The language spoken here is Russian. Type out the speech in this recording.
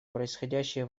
происходящие